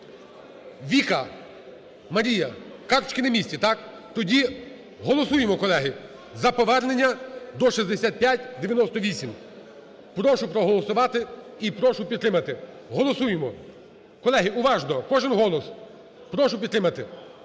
Віка, Марія, карточки на місці? Так. Тоді голосуємо, колеги, за повернення до 6598. Прошу проголосувати і прошу підтримати, голосуємо. Колеги, уважно кожен голос, прошу підтримати.